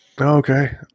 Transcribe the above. Okay